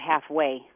halfway